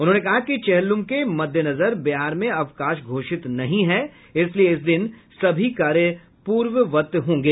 उन्होंने कहा कि चेहल्लूम के मद्देनजर बिहार में अवकाश घोषित नहीं है इसलिए इस दिन सभी कार्य पूर्ववत होंगे